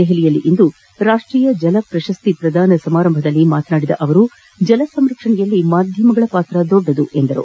ದೆಹಯಲಿಯಲ್ಲಿಂದು ರಾಷ್ಟೀಯ ಜಲ ಪ್ರಶಸ್ತಿ ಪ್ರದಾನ ಸಮಾರಂಭದಲ್ಲಿ ಮಾತನಾಡಿದ ಅವರು ಜಲ ಸಂರಕ್ಷಣೆಯಲ್ಲಿ ಮಾಧ್ಯಮಗಳ ಪಾತ್ರ ಮಹತ್ವದ್ದಾಗಿದೆ ಎಂದು ಹೇಳಿದರು